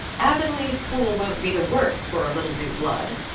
avonlea school won't be the worse for a little new blood,